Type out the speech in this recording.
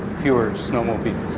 fewer snowmobiles.